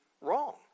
wrong